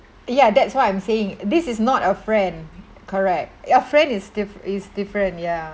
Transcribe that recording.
ya that's what I'm saying this is not a friend correct a friend is diff~ is different ya